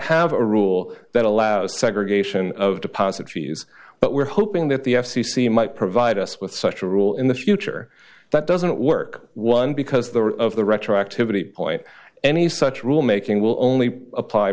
have a rule that allows segregation of deposit fees but we're hoping that the f c c might provide us with such a rule in the future that doesn't work one because they are of the retroactivity point any such rule making will only apply